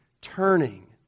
turning